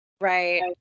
Right